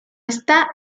está